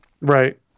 right